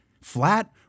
Flat